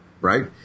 right